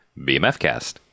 bmfcast